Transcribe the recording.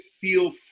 feel